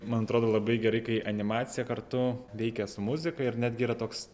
man atrodo labai gerai kai animacija kartu veikia su muzika ir netgi yra toks